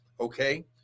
okay